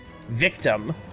victim